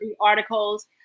articles